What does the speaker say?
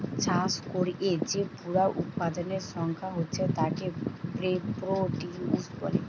চাষ কোরে যে পুরা উৎপাদনের সংখ্যা হচ্ছে তাকে প্রডিউস বলে